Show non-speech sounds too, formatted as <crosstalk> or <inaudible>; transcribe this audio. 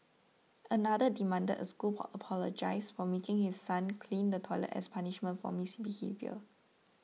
another demanded a school <unintelligible> apologise for making his son clean the toilet as punishment for misbehaviour